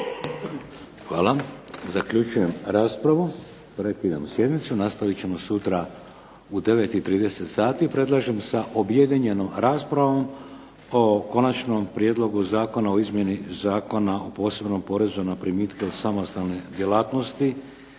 Hvala. Zaključujem raspravu. Prekidam sjednicu. Nastavit ćemo sutra u 9,30 sati. Predlažem sa objedinjenom raspravom o konačnom prijedlogu Zakona o izmjeni Zakona o posebnom porezu na primitku od samostalne djelatnosti